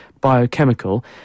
biochemical